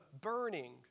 burning